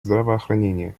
здравоохранения